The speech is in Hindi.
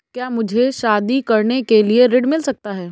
क्या मुझे शादी करने के लिए ऋण मिल सकता है?